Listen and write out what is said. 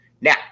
Now